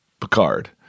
Picard